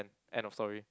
end of story